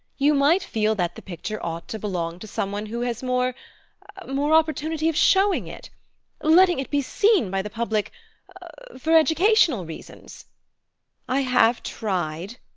you might feel that the picture ought to belong to some one who has more more opportunity of showing it letting it be seen by the public for educational reasons i have tried,